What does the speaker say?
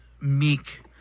meek